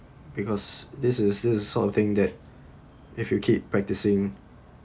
because this is this is the sort of thing that if you keep practicing